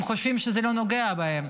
הם חושבים שזה לא נוגע להם.